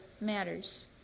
matters